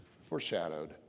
foreshadowed